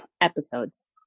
episodes